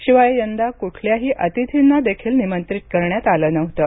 शिवाय यंदा कुठल्याही अतिथींनादेखील निमंत्रित करण्यात आलं नव्हतं